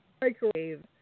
microwave